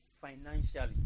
financially